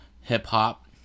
hip-hop